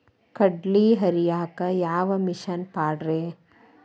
ಕಡ್ಲಿ ಹರಿಯಾಕ ಯಾವ ಮಿಷನ್ ಪಾಡ್ರೇ?